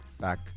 back